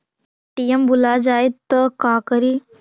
ATM भुला जाये त का करि?